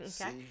Okay